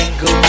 go